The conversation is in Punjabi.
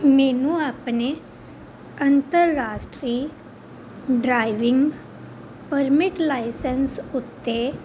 ਮੈਨੂੰ ਆਪਣੇ ਅੰਤਰਰਾਸ਼ਟਰੀ ਡਰਾਈਵਿੰਗ ਪਰਮਿਟ ਲਾਇਸੈਂਸ ਉੱਤੇ